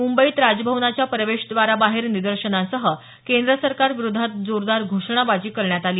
मुंबईत राजभवनाच्या प्रवेशद्वाराबाहेर निदर्शनांसह केंद्र सरकार विरोधात जोरदार घोषणाबाजी करण्यात आली